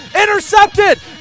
intercepted